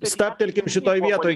stabtelkim šitoj vietoj